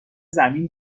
زمین